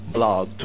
Blog